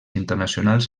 internacionals